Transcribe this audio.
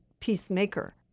peacemaker